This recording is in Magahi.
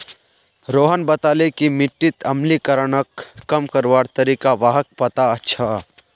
रोहन बताले कि मिट्टीत अम्लीकरणक कम करवार तरीका व्हाक पता छअ